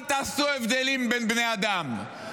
אל תעשו הבדלים בין בני אדם,